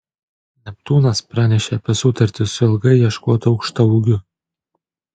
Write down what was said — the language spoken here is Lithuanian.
neptūnas pranešė apie sutartį su ilgai ieškotu aukštaūgiu